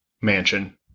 mansion